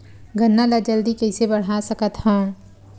गन्ना ल जल्दी कइसे बढ़ा सकत हव?